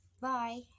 Bye